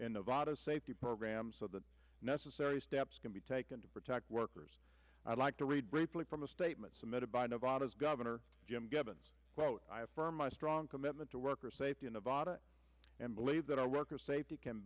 in nevada safety program so the necessary steps can be taken to protect workers i'd like to read briefly from a statement submitted by nevada's governor jim gibbons quote i affirm my strong commitment to worker safety in nevada and believe that our workers safety can